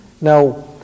Now